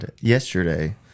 yesterday